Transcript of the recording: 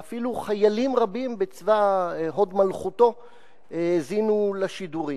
ואפילו חיילים רבים בצבא הוד מלכותו האזינו לשידורים.